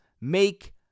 make